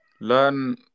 learn